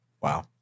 Wow